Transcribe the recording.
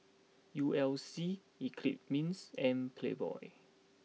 U L C Eclipse Mints and Playboy